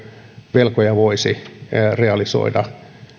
velkoja voisi realisoida